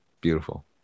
Beautiful